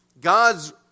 God's